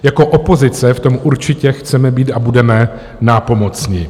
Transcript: Jako opozice v tom určitě chceme být a budeme nápomocni.